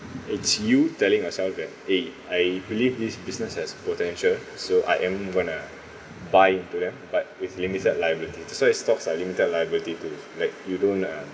it's you telling yourself that eh I believe this business has potential so I am going to buy into them but with limited liability that's why stocks are limited liability to like you don't uh